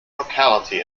locality